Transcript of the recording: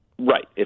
Right